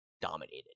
dominated